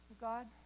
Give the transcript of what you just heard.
God